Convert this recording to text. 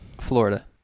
Florida